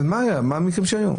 מה המקרים שהיו?